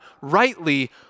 rightly